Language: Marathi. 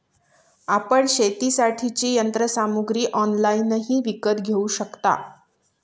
आपण शेतीसाठीची यंत्रसामग्री ऑनलाइनही विकत घेऊ शकता